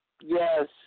Yes